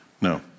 No